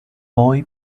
boy